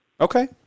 Okay